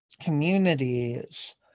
communities